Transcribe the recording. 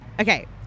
Okay